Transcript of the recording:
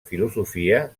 filosofia